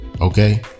Okay